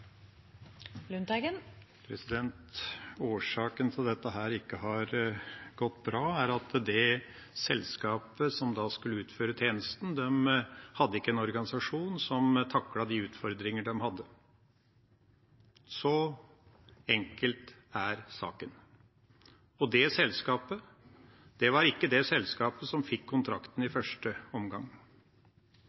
har gått bra, er at det selskapet som skulle utføre tjenesten, ikke hadde en organisasjon som taklet de utfordringene de hadde. Så enkel er saken. Og det selskapet var ikke det selskapet som fikk kontrakten i første omgang.